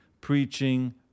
preaching